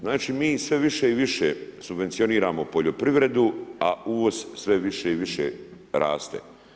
Znači, mi sve više i više subvencioniramo poljoprivredu, a uvoz sve više i više raste.